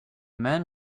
man